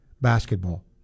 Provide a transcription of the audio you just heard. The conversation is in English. basketball